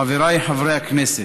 חבריי חברי הכנסת,